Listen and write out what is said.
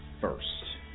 first